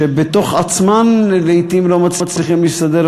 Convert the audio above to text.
שבתוך עצמן לעתים לא מצליחות להסתדר.